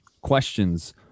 questions